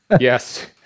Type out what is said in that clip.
Yes